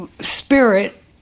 spirit